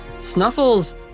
Snuffles